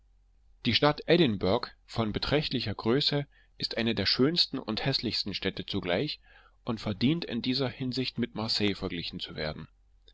die stadt edinburgh von beträchtlicher größe ist eine der schönsten und häßlichsten städte zugleich und verdient in dieser hinsicht mit marseille verglichen zu werden